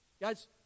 Guys